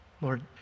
Lord